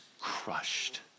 crushed